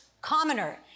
Commoner